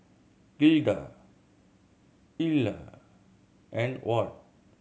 Gilda Ila and Ward